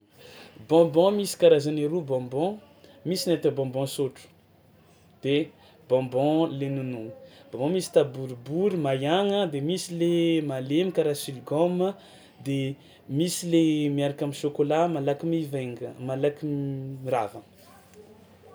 Bonbon misy karazany roa bonbon: misy ny atao hoe bonbon sotro de bonbon le nonoigna; bonbon misy taboribory maiagna de misy le malemy karaha siligaoma de misy le miaraka am'chocolat malaky mivainga- malaky m- rava.